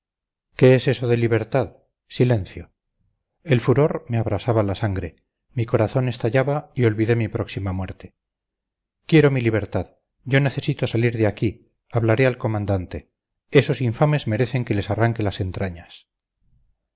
qué es eso de libertad silencio el furor me abrasaba la sangre mi corazón estallaba y olvidé mi próxima muerte quiero mi libertad yo necesito salir de aquí hablaré al comandante esos infames merecen que les arranque las entrañas